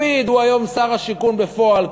לפיד הוא היום שר השיכון בפועל,